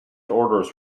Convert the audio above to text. orders